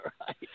right